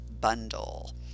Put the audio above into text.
Bundle